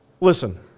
Listen